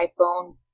iPhone